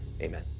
amen